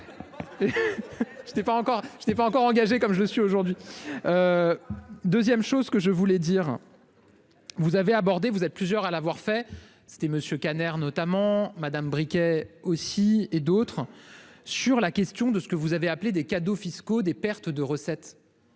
je n'ai pas encore engagé comme je suis aujourd'hui. 2ème, chose que je voulais dire. D'abord. Vous avez abordé. Vous êtes plusieurs à l'avoir fait. C'était monsieur Kanner notamment Madame Briquet aussi et d'autres sur la question de ce que vous avez appelée des cadeaux fiscaux des pertes de recettes.